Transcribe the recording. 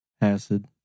Acid